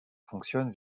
fonctionne